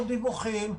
עוד דיווחים,